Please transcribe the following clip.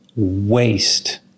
Waste